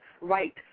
right